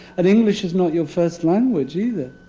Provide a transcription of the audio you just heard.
and english is not your first language, either.